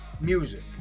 music